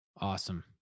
Awesome